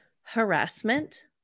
harassment